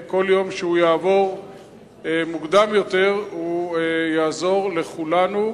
כל יום שהוא יעבור מוקדם יותר הוא יעזור לכולנו.